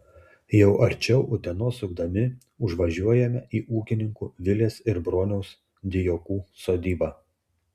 jau arčiau utenos sukdami užvažiuojame į ūkininkų vilės ir broniaus dijokų sodybą